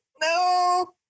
No